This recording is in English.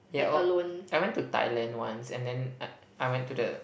yeah oh I went to Thailand once and then I I went to the